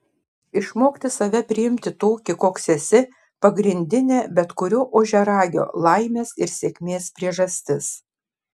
išmokti save priimti tokį koks esi pagrindinė bet kurio ožiaragio laimės ir sėkmės priežastis